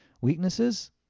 weaknesses